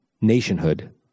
nationhood